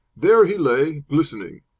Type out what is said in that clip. there he lay, glistening.